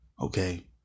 Okay